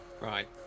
Right